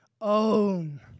own